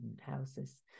houses